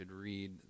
read